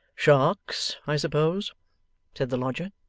sharks, i suppose said the lodger.